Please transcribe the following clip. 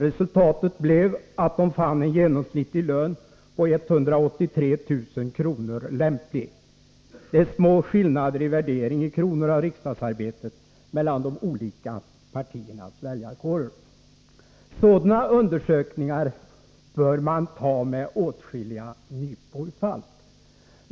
Resultatet blev att de fann en genomsnittlig lön på 183 000 kr. lämplig. Det är små skillnader i värdering i kronor av Sådana undersökningar bör man ta med åtskilliga nypor salt.